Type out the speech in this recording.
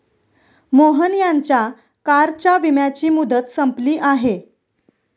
मोहन यांच्या कारच्या विम्याची मुदत संपली आहे